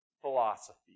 philosophy